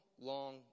long